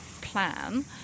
plan